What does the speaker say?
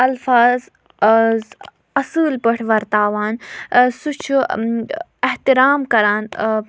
اَلفاظ آز اَصۭل پٲٹھۍ وَرتاوان سُہ چھُ احترام کَران